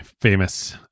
famous